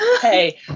Hey